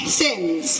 sins